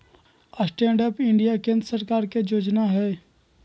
stand up India केंद्र सरकार के जोजना हइ